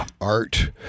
art